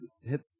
hit